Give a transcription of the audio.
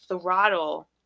throttle